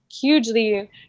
hugely